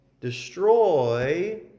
destroy